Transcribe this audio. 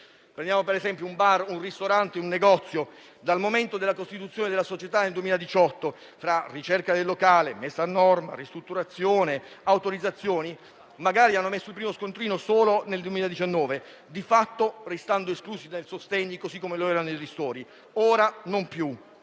Prendiamo per esempio un bar, un ristorante, un negozio: dal momento della costituzione della società nel 2018, tra ricerca del locale, messa a norma, ristrutturazione e autorizzazioni, magari hanno emesso il primo scontrino solo nel 2019, di fatto restando esclusi dal decreto-legge sostegni, così come lo è stato dal decreto-legge ristori. Ora non più: